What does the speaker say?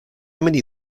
many